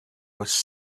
was